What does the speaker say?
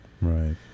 right